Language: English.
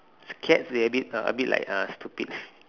cats they a bit uh a bit like uh stupid